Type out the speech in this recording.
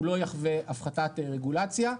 הוא לא יחווה הפחתת רגולציה,